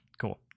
cool